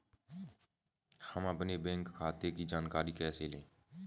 हम अपने बैंक खाते की जानकारी कैसे लें?